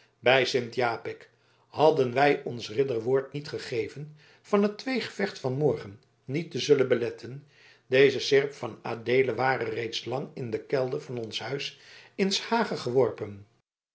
bij sint japik hadden wij ons ridderwoord niet gegeven van het tweegevecht van morgen niet te zullen beletten deze seerp van adeelen ware reeds lang in den kelder van ons huis in s hage geworpen